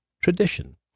tradition